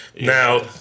Now